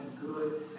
good